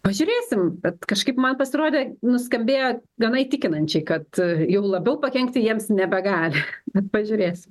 pažiūrėsim bet kažkaip man pasirodė nuskambėjo gana įtikinančiai kad jau labiau pakenkti jiems nebegali bet pažiūrėsim